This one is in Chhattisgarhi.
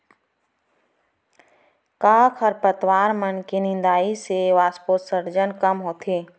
का खरपतवार मन के निंदाई से वाष्पोत्सर्जन कम होथे?